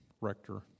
rector